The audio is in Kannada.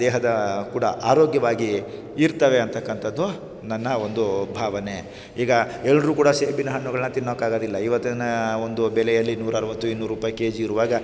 ದೇಹದ ಕೂಡ ಆರೋಗ್ಯವಾಗಿ ಇರ್ತವೆ ಅಂತಕ್ಕಂಥದ್ದು ನನ್ನ ಒಂದು ಭಾವನೆ ಈಗ ಎಲ್ಲರೂ ಕೂಡ ಸೇಬಿನ ಹಣ್ಣುಗಳನ್ನ ತಿನ್ನೋಕಾಗೋದಿಲ್ಲ ಇವತ್ತಿನ ಒಂದು ಬೆಲೆಯಲ್ಲಿ ನೂರಾಅರವತ್ತು ಇನ್ನೂರು ರೂಪಾಯಿ ಕೆಜಿ ಇರುವಾಗ